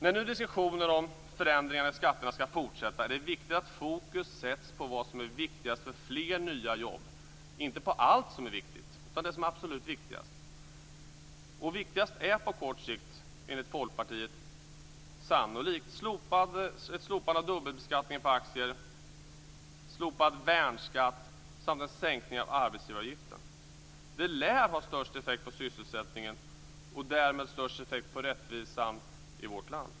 När nu diskussionen om förändringarna av skatterna skall fortsätta är det viktigt att fokus sätts på vad som är viktigast för fler nya jobb, inte på allt som är viktigt utan på det som är absolut viktigast. Viktigast är på kort sikt enligt Folkpartiet sannolikt slopad dubbelbeskattningen på aktier, slopad värnskatt samt en sänkning av arbetsgivaravgiften. Det lär ha störst effekt på sysselsättningen och därmed störst effekt på rättvisan i vårt land.